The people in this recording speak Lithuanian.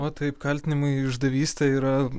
o taip kaltinimai išdavyste yra